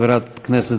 חברת כנסת,